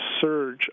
surge